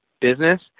business